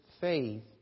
faith